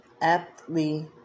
aptly